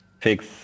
fix